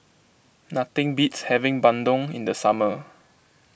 nothing beats having Bandung in the summer